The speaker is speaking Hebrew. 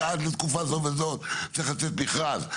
שעד לתקופה הזאת והזאת צריך לצאת מכרז,